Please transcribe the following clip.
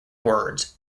words